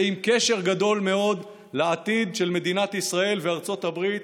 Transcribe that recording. ועם קשר גדול מאוד לעתיד של מדינת ישראל וארצות הברית,